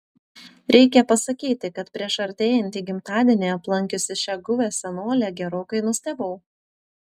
reikia pasakyti kad prieš artėjantį gimtadienį aplankiusi šią guvią senolę gerokai nustebau